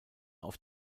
auf